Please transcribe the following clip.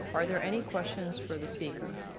are there any questions for the speaker?